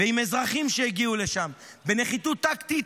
ועם אזרחים שהגיעו לשם, בנחיתות טקטית,